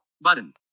button